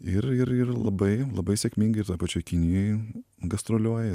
ir ir ir labai labai sėkmingai ir toj pačioj kinijoj gastroliuoja